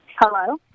Hello